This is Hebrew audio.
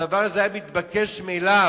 הדבר הזה היה מתבקש מאליו,